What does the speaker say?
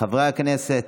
חברי הכנסת.